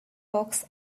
box